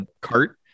cart